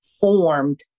formed